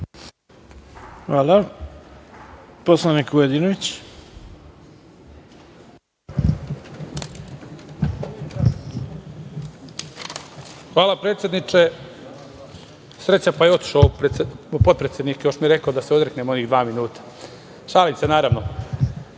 reč. **Milimir Vujadinović** Hvala predsedniče. Sreća pa je otišao potpredsednik. Još mi je rekao da se odreknem mojih dva minuta. Šalim se naravno.